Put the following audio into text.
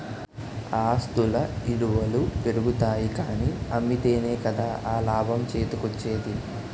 ఆస్తుల ఇలువలు పెరుగుతాయి కానీ అమ్మితేనే కదా ఆ లాభం చేతికోచ్చేది?